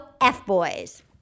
F-Boys